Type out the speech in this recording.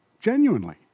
Genuinely